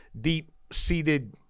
deep-seated